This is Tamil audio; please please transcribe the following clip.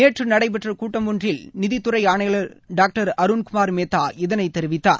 நேற்று நடைபெற்ற கூட்டம் ஒன்றில் நிதித்துறை ஆணையாளர் டாக்டர் அருண்குமார் மேத்தா இதனை தெரிவித்தார்